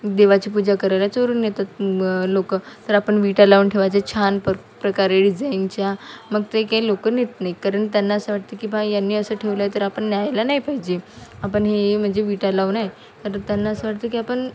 देवाची पूजा करायला चोरून नेतात लोकं तर आपण विटा लावून ठेवायचे छान प प्रकारे डिझाईनच्या मग ते काही लोकं नेत नाही कारण त्यांना असं वाटतं की बा यांनी असं ठेवलं आहे तर आपण न्यायला नाही पाहिजे आपण हे म्हणजे विटा लावणं आहे तर त्यांना असं वाटतं की आपण